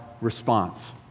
response